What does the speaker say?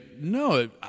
no